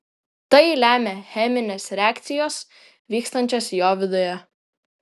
tai lemia cheminės reakcijos vykstančios jo viduje